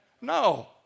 No